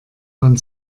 man